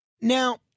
Now